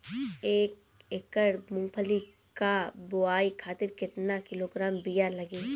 एक एकड़ मूंगफली क बोआई खातिर केतना किलोग्राम बीया लागी?